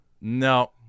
No